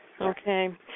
Okay